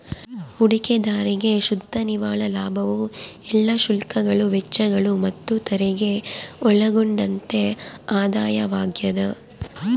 ಹೂಡಿಕೆದಾರ್ರಿಗೆ ಶುದ್ಧ ನಿವ್ವಳ ಲಾಭವು ಎಲ್ಲಾ ಶುಲ್ಕಗಳು ವೆಚ್ಚಗಳು ಮತ್ತುತೆರಿಗೆ ಒಳಗೊಂಡಂತೆ ಆದಾಯವಾಗ್ಯದ